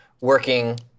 working